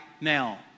now